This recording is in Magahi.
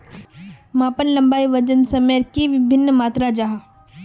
मापन लंबाई वजन सयमेर की वि भिन्न मात्र जाहा?